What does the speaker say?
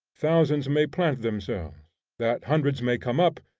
thousands may plant themselves that hundreds may come up,